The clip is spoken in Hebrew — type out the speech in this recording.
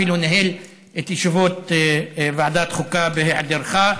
ואפילו ניהל את ישיבות ועדת החוקה בהיעדרך.